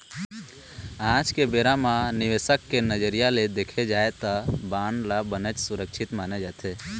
आज के बेरा म निवेसक के नजरिया ले देखे जाय त बांड ल बनेच सुरक्छित माने जाथे